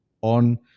on